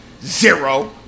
zero